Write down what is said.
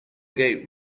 gate